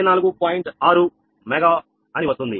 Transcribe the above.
6 mega అని వస్తుంది